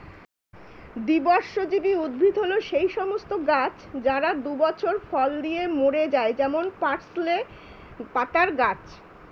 দ্বিবর্ষজীবী উদ্ভিদ হল সেই সমস্ত গাছ যারা দুই বছর ফল দিয়ে মরে যায় যেমন পার্সলে পাতার গাছ